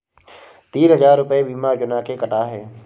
तीन हजार रूपए बीमा योजना के कटा है